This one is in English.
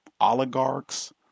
oligarchs